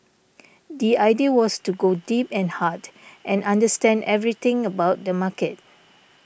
the idea was to go deep and hard and understand everything about the market